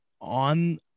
on